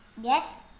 yes